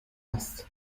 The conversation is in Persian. است